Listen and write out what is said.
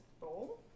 bowl